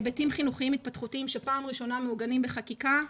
היבטים חינוכיים-התפתחותיים שפעם הראשונה מעוגנים בחקיקה.